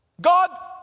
God